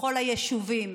בכל היישובים.